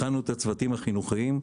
הכנו את הצוותים החינוכיים,